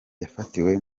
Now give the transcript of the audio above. yafatiwe